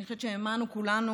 אני חושבת שהאמנו כולנו,